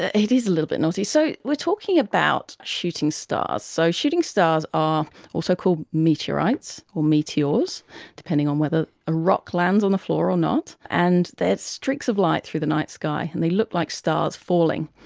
it is a little bit naughty. so we are talking about shooting stars. so shooting stars are also called meteorites or meteors depending on whether a rock lands on the floor or not, and they are streaks of light through the night sky and they look like stars falling.